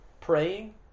praying